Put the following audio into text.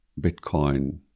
Bitcoin